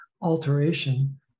alteration